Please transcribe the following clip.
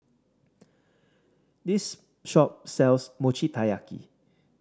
this shop sells Mochi Taiyaki